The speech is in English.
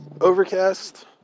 overcast